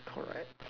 correct